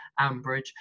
Ambridge